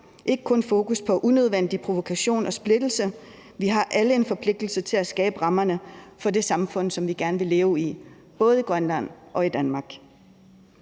ikke kun være fokus på unødvendig provokation og splittelse. Vi har alle en forpligtelse til at skabe rammerne for det samfund, som vi gerne vil leve i – både i Grønland og i Danmark.